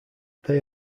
they